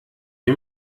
die